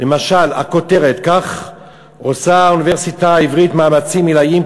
למשל הכותרת: כך עושה האוניברסיטה העברית מאמצים עילאיים,